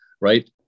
right